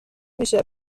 میشه